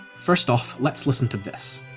first off, let's listen to this